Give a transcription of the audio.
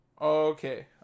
Okay